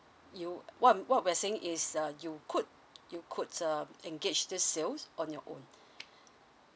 you what I'm what we are saying is uh you could you could err engage this sales on your own